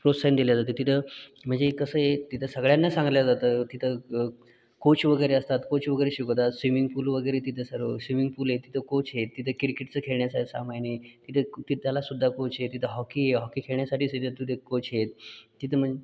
प्रोत्साहन दिल जातं तिथं म्हणजे कसं आहे तिथं सगळ्यांना सांगितलं जातं तिथं कोच वगैरे असतात कोच वगैरे शिकवतात स्विमिंग पूल वगैरे तिथं सर्व स्विमिंग पूल हाय तिथं कोच आहेत तिथं क्रिकेटचं खेळण्याचं सामान हाय तिथं की त्याला सुद्धा कोच हाय तिथं हॉकि हाय हॉकि खेळण्यासाठी सुद्धा तिथं कोच आहेत तिथं म्हणजे